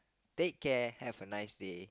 take care have a nice day